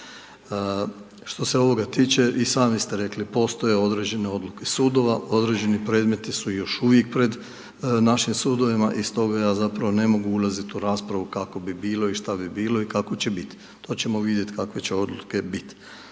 Što se ovoga tiče, i sami ste rekli, postoje određene odluke sudova, određeni predmeti su još uvijek pred našim sudovima i stoga ja zapravo ne mogu ulaziti u raspravu kako bi bilo i šta bi bilo i kako će bit, to ćemo vidjeti kakve će odluke bit.